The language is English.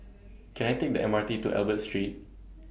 Can I Take The M R T to Albert Street